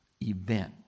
event